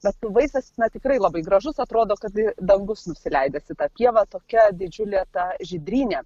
bet vaizdas tikrai labai gražus atrodo kad dangus nusileidęs į tą pievą tokia didžiulė ta žydrynė